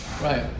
Right